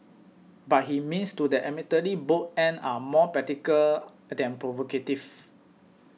but his means to that admittedly bold end are more practical than provocative